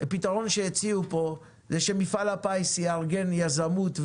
פתרון שהציעו פה הוא שמפעל הפיס יארגן יזמות,